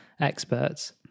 experts